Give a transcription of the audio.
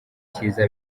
cyiza